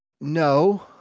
No